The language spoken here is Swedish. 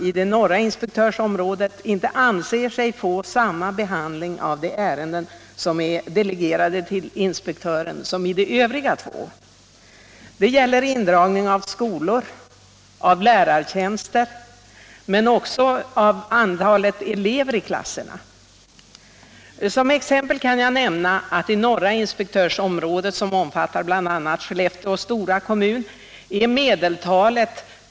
I det norra inspektörsområdet anser man sig inte få samma behandling av de ärenden som är delegerade till inspektören som i de övriga två. Det gäller indragning av skolor och lärartjänster men också antalet elever i klasserna. Som exempel kan jag nämna att i norra inspektörsområdet, som omfattar bl.a. Skellefteå stora kommun, är medeltalet f. n.